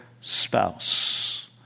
spouse